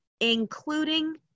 including